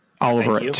Oliver